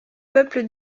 peuple